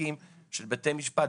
בתיקים של בתי משפט,